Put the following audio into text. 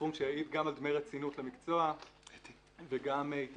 סכום שיעיד גם על דמי רצינות למקצוע וגם ייתן